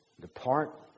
Depart